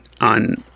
on